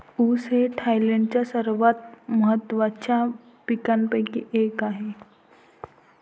ऊस हे थायलंडच्या सर्वात महत्त्वाच्या पिकांपैकी एक आहे